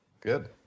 Good